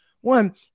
one